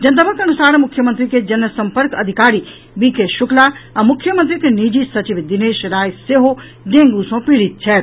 जनतबक अनुसार मुख्यमंत्री के जनसंपर्क अधिकारी बी के शुक्ला आ मुख्यमंत्रीक निजी सचिव दिनेश राय सेहो डेंगू सॅ पीड़ित छथि